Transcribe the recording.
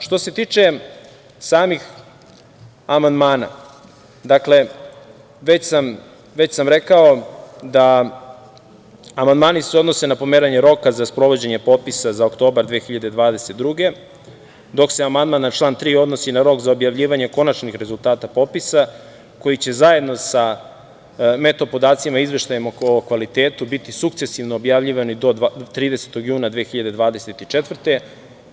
Što se tiče samih amandmana, već sam rekao da se amandmani odnose na pomeranje roka za sprovođenje popisa za oktobar 2022. godine, dok se amandman na član 3. odnosi na rok za objavljivanje konačnih rezultata popisa, koji će zajedno sa meto podacima o izveštaju o kvalitetu biti sukcesivno objavljivani do 30. juna 2024. godine.